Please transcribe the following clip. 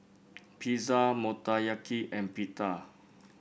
Pizza Motoyaki and Pita